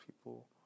people